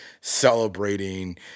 celebrating